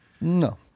No